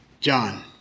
John